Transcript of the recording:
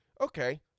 Okay